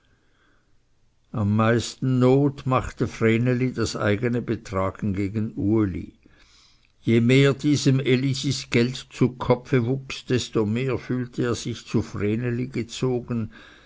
am meisten not machte vreneli das eigene betragen gegen uli je mehr diesem elisis geld zu kopfe wuchs desto mehr fühlte er sich zu vreneli gezogen